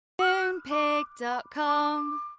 Moonpig.com